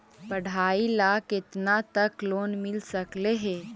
पढाई ल केतना तक लोन मिल सकले हे?